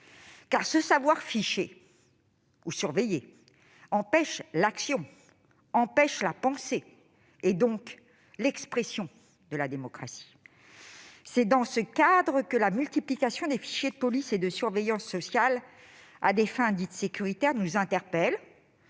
Car se savoir fiché ou surveillé empêche l'action, la pensée, et donc l'expression de la démocratie. C'est dans ce cadre que la multiplication des fichiers de police et de surveillance sociale à des fins « sécuritaires » nous interpelle